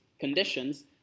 conditions